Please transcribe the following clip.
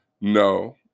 no